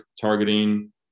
targeting